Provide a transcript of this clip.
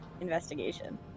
investigation